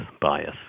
bias